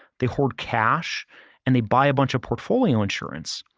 they hoard cash and they buy a bunch of portfolio insurance.